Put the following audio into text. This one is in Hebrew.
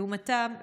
לעומתם,